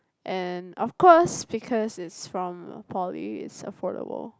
and of course because it's from Poly it's affordable